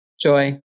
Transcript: joy